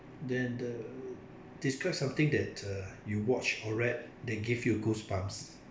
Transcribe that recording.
then the describe something that uh you watched or read that give you goosebumps